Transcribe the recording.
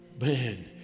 Man